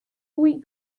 wheat